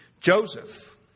Joseph